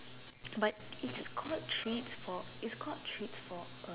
but it's called treats for it's called treats for A